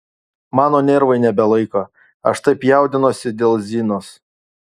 mano nervai nebelaiko aš taip jaudinuosi dėl zinos